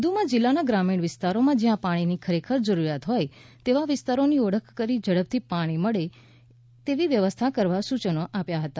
વધ્માં જિલ્લાના ગ્રામીણ વિસ્તારોમાં જયાં પાણીની ખરેખર જરૂરિયાત હોય તેવા વિસ્તારોની ઓળખ કરી ઝડપથી પાણી મળે એવી વ્યવસ્થા કરવા સૂચના આપી હતી